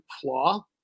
flaw